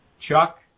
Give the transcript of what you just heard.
Chuck